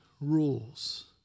rules